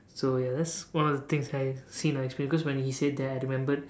so yes one of the things that I seen or experienced cause when he said that I remembered